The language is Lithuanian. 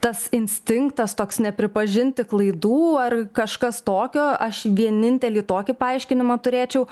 tas instinktas toks nepripažinti klaidų ar kažkas tokio aš vienintelį tokį paaiškinimą turėčiau